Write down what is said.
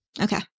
Okay